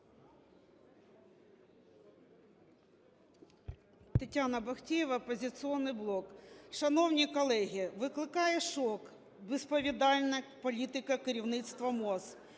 Тетяна Бахтеєва, "Оппозиционный блок". Шановні колеги, викликає шок безвідповідальна політика керівництва МОЗ.